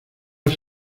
has